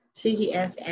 cgf